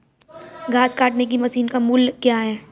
घास काटने की मशीन का मूल्य क्या है?